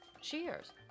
Cheers